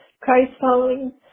Christ-following